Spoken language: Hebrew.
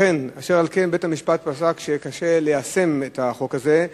אשר על כן, בית-המשפט פסק שקשה ליישם את החוק הזה,